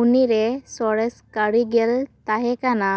ᱩᱱᱤᱨᱮ ᱥᱚᱨᱮᱥ ᱠᱟᱹᱨᱤᱜᱚᱞᱮ ᱛᱟᱦᱮᱸ ᱠᱟᱱᱟ